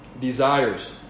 desires